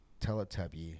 Teletubby